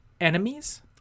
enemies